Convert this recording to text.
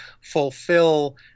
fulfill